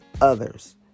others